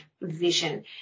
vision